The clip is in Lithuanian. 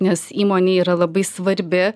nes įmonė yra labai svarbi